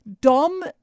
Dom